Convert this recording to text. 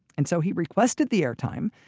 and so he requested the airtime,